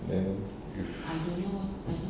then